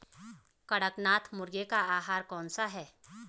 कड़कनाथ मुर्गे का आहार कौन सा है?